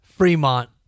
Fremont